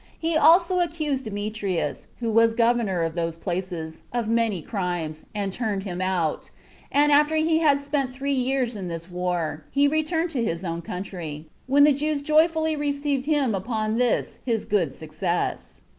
he also accused demetrius, who was governor of those places, of many crimes, and turned him out and after he had spent three years in this war, he returned to his own country, when the jews joyfully received him upon this his good success.